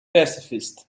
pacifist